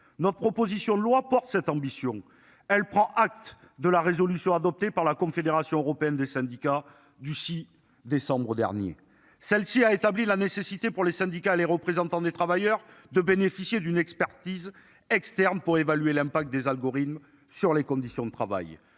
nos propositions de loi porte cette ambition. Elle prend acte de la résolution adoptée par la Confédération européenne des syndicats, du 6 décembre dernier, celle-ci a établi la nécessité pour les syndicats, les représentants des travailleurs de bénéficier d'une expertise externe pour évaluer l'impact des algorithmes, sur les conditions de travail.